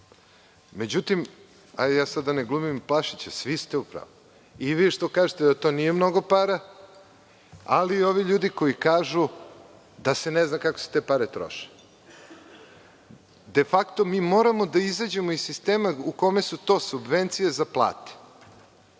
Međutim, da ne glumim Pašića, svi ste u pravu, i vi što kažete da to nije mnogo para, ali i ovi ljudi koji kažu da se ne zna kako se te pare troše. De fakto mi moramo da izađemo iz sistema u kome su to subvencije za plate. Na